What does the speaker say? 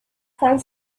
can